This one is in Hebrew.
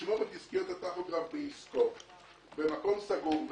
ישמור את דסקיות הטכוגרף בעסקו במקום סגור,